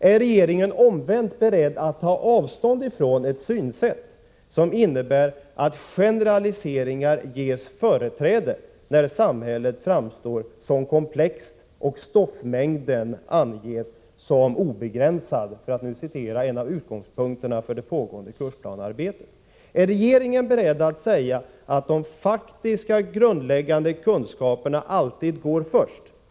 Är regeringen omvänt beredd att ta avstånd från ett synsätt som innebär, att generaliseringar ges företräde när samhället framstår som komplext och stoffmängden anses som obegränsad — för att nu återge en av utgångspunkterna för det pågående kursplanearbetet? Är regeringen beredd att säga att de faktiska grundläggande kunskaperna alltid går först?